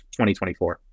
2024